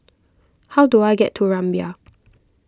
how do I get to Rumbia